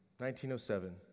1907